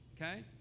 okay